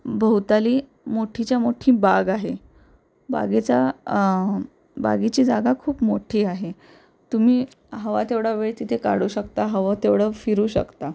भवताली मोठीच्या मोठी बाग आहे बागेचा बागेची जागा खूप मोठी आहे तुम्ही हवा तेवढा वेळ तिथे काढू शकता हवं तेवढं फिरू शकता